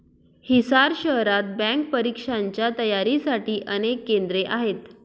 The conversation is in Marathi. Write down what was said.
हिसार शहरात बँक परीक्षांच्या तयारीसाठी अनेक केंद्रे आहेत